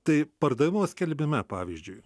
tai pardavimo skelbime pavyzdžiui